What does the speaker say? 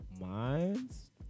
Mine's